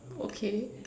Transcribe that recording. okay